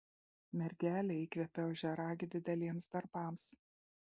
mergelė įkvepia ožiaragį dideliems darbams